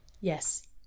yes